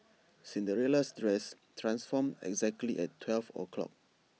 Cinderella's dress transformed exactly at twelve o'clock